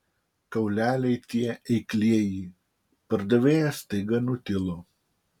kauleliai tie eiklieji pardavėjas staiga nutilo